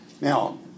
Now